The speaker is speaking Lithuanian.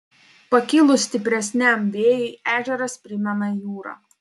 pakilus stipresniam vėjui ežeras primena jūrą